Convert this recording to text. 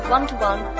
One-to-one